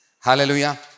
Hallelujah